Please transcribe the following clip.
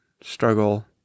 struggle